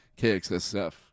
KXSF